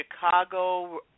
Chicago